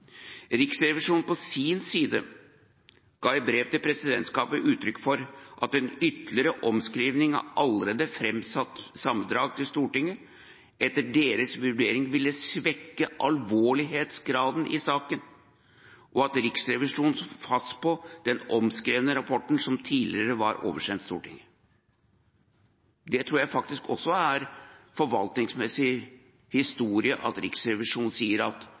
Riksrevisjonen på sin side ga i brev til presidentskapet uttrykk for at en ytterligere omskrivning av allerede framsatt sammendrag til Stortinget etter deres vurdering ville svekke alvorlighetsgraden i saken, og at Riksrevisjonen sto fast på den omskrevne rapporten som tidligere var oversendt Stortinget. Jeg tror faktisk også det er forvaltningsmessig historie at Riksrevisjonen sier at